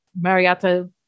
Marietta